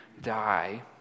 die